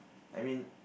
I mean